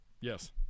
Yes